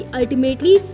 ultimately